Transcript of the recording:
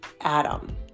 Adam